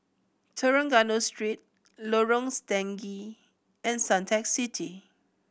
Trengganu Street Lorong Stangee and Suntec City